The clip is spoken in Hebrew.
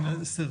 אסתר,